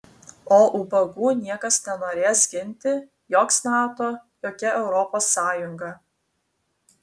o ubagų niekas nenorės ginti joks nato jokia europos sąjunga